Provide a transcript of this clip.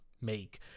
make